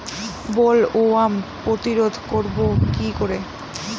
Bollworm প্রতিরোধ করব কি করে?